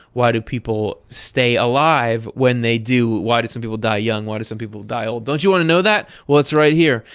why do people stay alive when they do? why do some people die young, why do some people die old. don't you want to know that? well it's right here.